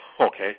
okay